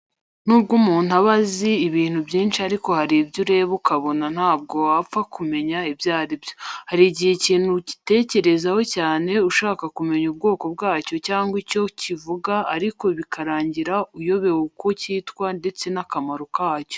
Nubwo umuntu aba azi ibintu byinshi ariko hari ibyo ureba ukabona ntabwo wapfa kumenya ibyo ari byo. Hari igihe ikintu ukitegereza cyane ushaka kumenya ubwoko bwacyo cyangwa icyo kivuga ariko bikarangira uyobewe uko cyitwa ndetse n'akamaro kacyo.